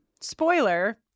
Spoiler-